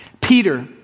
Peter